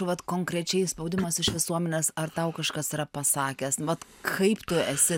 vat konkrečiai spaudimas iš visuomenės ar tau kažkas yra pasakęs vat kaip tu esi